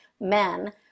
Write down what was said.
men